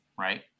right